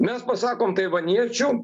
mes pasakom taivaniečių